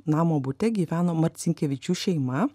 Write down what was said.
namo bute gyveno marcinkevičių šeima